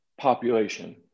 population